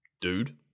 dude